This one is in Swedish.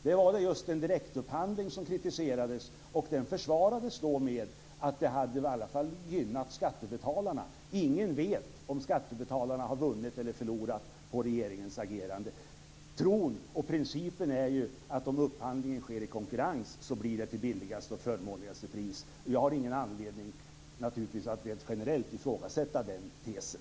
Där var det just en direktupphandling som kritiserades, och den försvarades då med att den i alla fall hade gynnat skattebetalarna. Ingen vet om skattebetalarna har vunnit eller förlorat på regeringens agerande. Tron och principen är ju att om upphandlingen sker i konkurrens blir det till billigaste och förmånligaste pris. Jag har naturligtvis ingen anledning att rent generellt ifrågasätta den tesen.